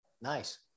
nice